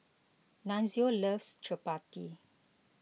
Nunzio loves Chapati